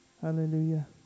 Hallelujah